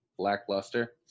lackluster